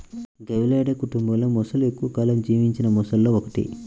గవియాలిడే కుటుంబంలోమొసలి ఎక్కువ కాలం జీవించిన మొసళ్లలో ఒకటి